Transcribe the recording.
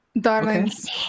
Darlings